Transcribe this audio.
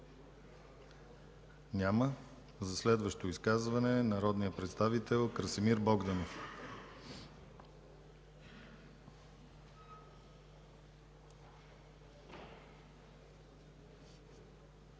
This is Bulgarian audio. Няма. За следващо изказване – народният представител Красимир Богданов.